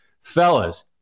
Fellas